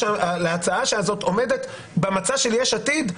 שההצעה הזאת עומדת במצע של יש עתיד,